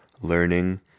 Learning